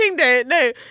no